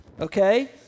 okay